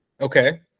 Okay